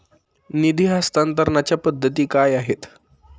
निधी हस्तांतरणाच्या पद्धती काय आहेत?